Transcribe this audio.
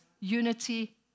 unity